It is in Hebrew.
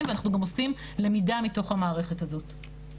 ואנחנו גם עושים למידה מתוך המערכת הזו.